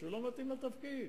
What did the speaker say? שהוא לא מתאים לתפקיד.